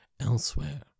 elsewhere